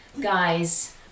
guy's